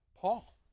Paul